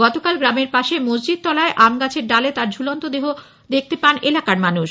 গতকাল গ্রামের পাশে মসজিদতলায় আমগাছের ডালে তাঁর ঝুলন্ত দেহ দেখতে পান এলাকার মানুষ